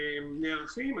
נערכים.